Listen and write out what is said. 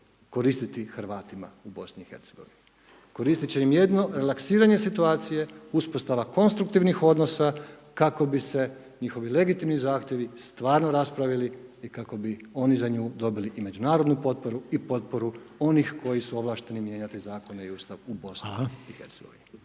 koristiti Hrvatima u BiH koristi će im jedino relaksiranje situacije, uspostava konstruktivnih odnosa kako bi se njihovi legitimni zahtjevi stvarno raspravili i kako bi oni za nju dobili i međunarodnu potporu i potporu onih koji su ovlašteni mijenjati Zakone i Ustav u Bosni